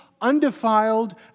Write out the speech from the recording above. undefiled